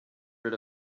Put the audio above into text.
rid